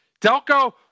Delco